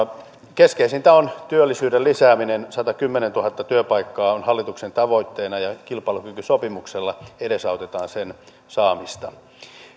keskeisintä on työllisyyden lisääminen satakymmentätuhatta työpaikkaa on hallituksen tavoitteena ja kilpailukykysopimuksella edesautetaan sen saamista